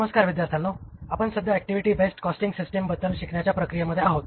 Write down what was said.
नमस्कार विद्यार्थ्यांनो आपण सध्या ऍक्टिव्हिटी बेस्ड कॉस्टिंग सिस्टीम बद्दल शिकण्याच्या प्रक्रियेमध्ये आहोत